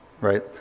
Right